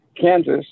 Kansas